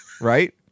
right